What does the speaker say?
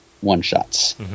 one-shots